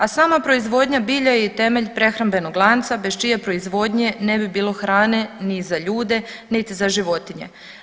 A sama proizvodnja bilja je i temelj prehrambenog lanca bez čije proizvodnje ne bi bilo hrane ni za ljude niti za životnije.